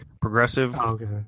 progressive